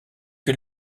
que